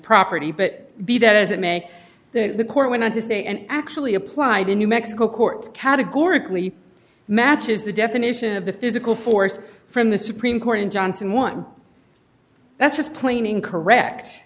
property but be that as it may the court went on to say and actually applied in new mexico courts categorically matches the definition of the physical force from the supreme court in johnson one that's just plain in correct